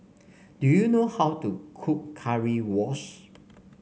do you know how to cook Currywurst